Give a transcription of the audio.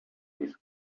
these